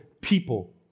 people